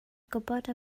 gwybod